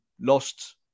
lost